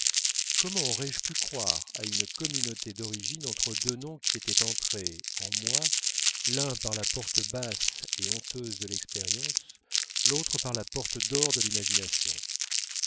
comment aurais-je pu croire à une communauté d'origine entre deux noms qui étaient entrés en moi l'un par la porte basse et honteuse de l'expérience l'autre par la porte d'or de l'imagination